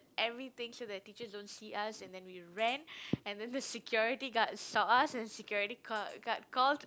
everything so that teachers don't see us and then we ran and then the security guard saw us and security called guard called